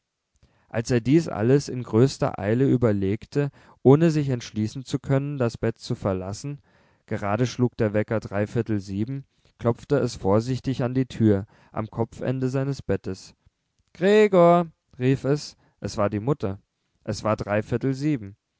als er dies alles in größter eile überlegte ohne sich entschließen zu können das bett zu verlassen gerade schlug der wecker drei viertel sieben klopfte es vorsichtig an die tür am kopfende seines bettes gregor rief es es war die mutter es ist drei viertel sieben